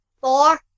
four